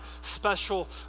special